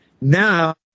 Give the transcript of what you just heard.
Now